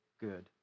good